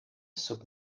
sub